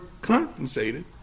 compensated